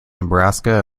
nebraska